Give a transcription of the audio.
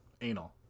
Anal